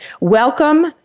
Welcome